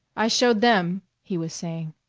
i showed them, he was saying.